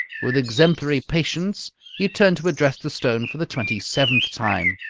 with exemplary patience he turned to address the stone for the twenty-seventh time.